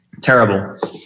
Terrible